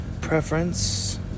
preference